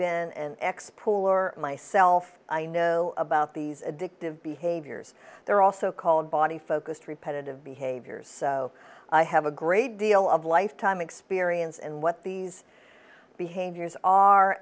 been ex pull or myself i know about these addictive behaviors they're also called body focused repetitive behaviors so i have a great deal of lifetime experience in what these behaviors are